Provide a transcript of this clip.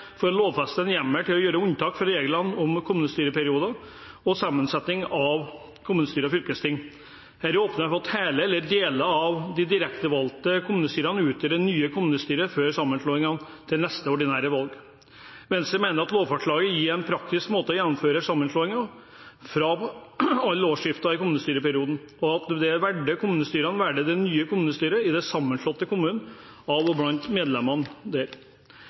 for å lovfeste en hjemmel for å gjøre unntak fra reglene om kommunestyreperioder og sammensetning av kommunestyre og fylkesting. Det åpner for at hele eller deler av de direktevalgte kommunestyrene utgjør det nye kommunestyret før sammenslåingen til neste ordinære valg. Venstre mener at lovforslaget gir en praktisk måte å gjennomføre sammenslåinger på, ved alle årsskifter i kommunestyreperioden, og at de valgte kommunestyrene velger det nye kommunestyret i den sammenslåtte kommunen – av og blant medlemmene der.